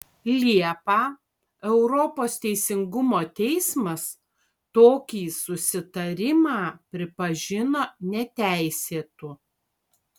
liepą europos teisingumo teismas tokį susitarimą pripažino neteisėtu